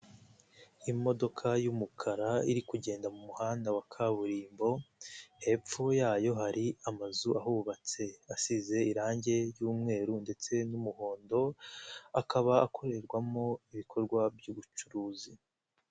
Imodoka y'umukara iri kugenda mu muhanda wa kaburimbo, hepfo yayo hari amazu ahubatse asize irangi ry'umweru, ndetse n'umuhondo akaba akorerwamo ibikorwa by'ubucuruzi.